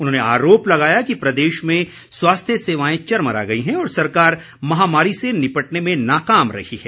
उन्होंने आरोप लगाया कि प्रदेश में स्वास्थ्य सेवाएं चरमरा गई हैं और सरकार महामारी से निपटने में नाकाम रही है